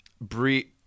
Brie